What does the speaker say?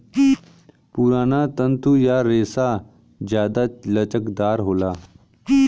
पुराना तंतु या रेसा जादा लचकदार होला